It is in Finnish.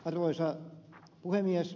arvoisa puhemies